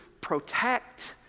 protect